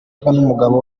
n’umugabo